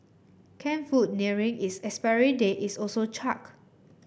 canned food nearing its expiry date is also chucked